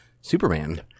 Superman